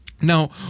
now